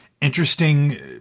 interesting